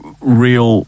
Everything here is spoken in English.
real